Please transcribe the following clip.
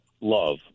love